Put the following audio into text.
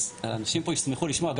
אז האנשים פה ישמחו לשמוע,